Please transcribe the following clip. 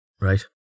Right